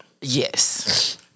Yes